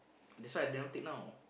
that's why I never take now